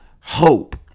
hope